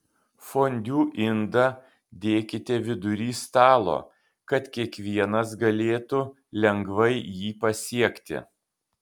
fondiu indą dėkite vidury stalo kad kiekvienas galėtų lengvai jį pasiekti